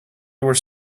were